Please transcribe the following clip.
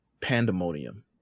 Pandemonium